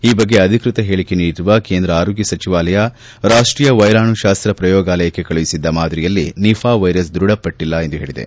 ಈ ಬಗ್ಗೆ ಅಧಿಕೃತ ಹೇಳಿಕೆ ನೀಡಿರುವ ಕೇಂದ್ರ ಆರೋಗ್ಯ ಸಚಿವಾಲಯ ರಾಷ್ಷೀಯ ವೈರಾಣುಶಾಸ್ತ ಪ್ರಯೋಗಾಲಯಕ್ಕೆ ಕಳುಹಿಸಿದ್ದ ಮಾದರಿಯಲ್ಲಿ ನಿಫಾ ವೈರಸ್ ಧೃಡಪಟ್ಟಲ್ಲ ಎಂದು ಹೇಳಿದೆ